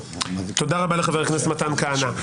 תודה רבה לחבר הכנסת מתן כהנא.